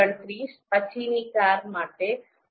૨૯ પછીની કાર માટે ૦